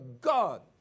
God